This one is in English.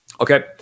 Okay